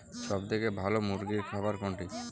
সবথেকে ভালো মুরগির খাবার কোনটি?